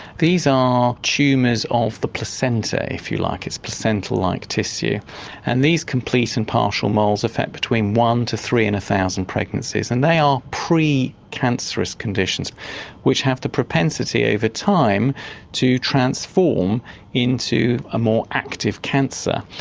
these are tumours of the placenta if you like, it's placental-like tissue and these complete and partial moles affect between one to three in a thousand pregnancies and they are pre-cancerous conditions which have the propensity over time to transform into a more active cancer.